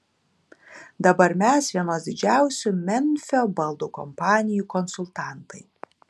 dabar mes vienos didžiausių memfio baldų kompanijų konsultantai